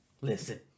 listen